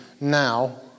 now